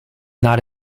not